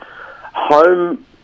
home